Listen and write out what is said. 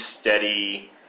steady